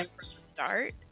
start